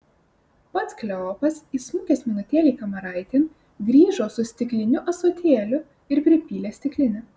pats kleopas įsmukęs minutėlei kamaraitėn grįžo su stikliniu ąsotėliu ir pripylė stiklinę